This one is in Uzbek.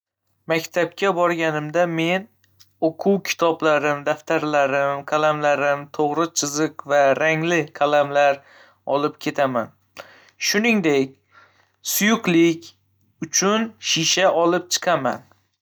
Maktabga borganimda men o'quv kitoblarim, daftarlarim, qalamlarim, to'g'ri chiziq va rangli qalamlar olib ketaman. Shuningdek, suyuqlik uchun shisha olib chiqaman.